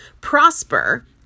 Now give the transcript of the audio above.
prosper